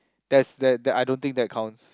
that's that that I don't think that counts